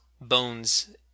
bones